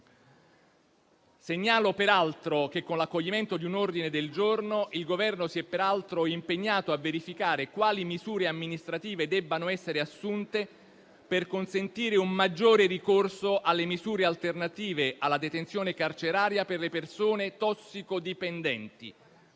Segnalo peraltro che, con l'accoglimento di un ordine del giorno, il Governo si è impegnato a verificare quali misure amministrative debbano essere assunte per consentire un maggiore ricorso alle misure alternative alla detenzione carceraria per le persone tossicodipendenti,